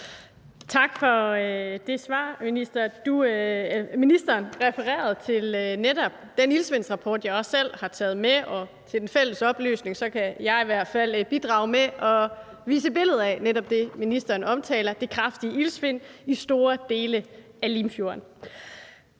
Tak for det svar. Ministeren refererede til netop den iltsvindsrapport, jeg også selv har taget med. Og til fælles oplysning kan jeg i hvert fald bidrage med at vise billeder af netop det, ministeren omtaler, nemlig det kraftige iltsvind i store dele af Limfjorden.